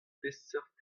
peseurt